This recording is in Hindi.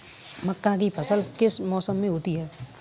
मक्का की फसल किस मौसम में होती है?